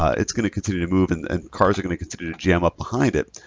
it's going to continue to move and cars are going to continue to jam up behind it.